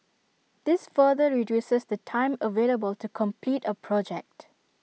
this further reduces the time available to complete A project